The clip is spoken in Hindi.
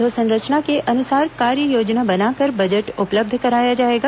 अधोसंरचना के अनुसार कार्ययोजना बनाकर बजट उपलब्ध कराया जाएगा